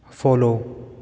follow